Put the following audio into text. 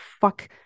fuck